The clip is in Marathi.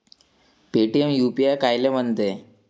पेटीएम यू.पी.आय कायले म्हनते?